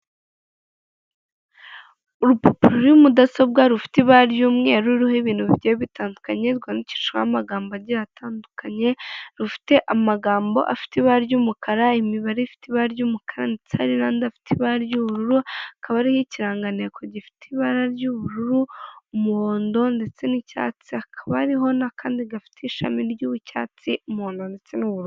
Urupapuro ruri muri mudasobwa rufite ibara ry'umweru ruriho ibintu bitandukanye rwanditsitsweho amagambo agiye atandukanye. Rufite amagambo afite ibara ry'umukara, imibare ifite ibara ry'umukara. Ndetse hari nandi afite ibara ry'ubururu akaba ariho ikirangantego gifite ibara ry'ubururu, umuhondo, ndetse n'icyatsi. Akaba ariho n'akandi gafite ishami ry'Icyatsi, umuhondo ndetse n'ubururu.